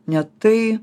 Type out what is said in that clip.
ne tai